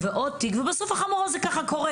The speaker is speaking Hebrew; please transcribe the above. ובסוף הוא קורס.